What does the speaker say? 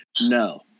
no